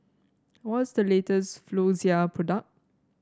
what's the latest Floxia product